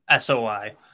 SOI